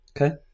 Okay